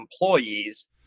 employees